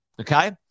Okay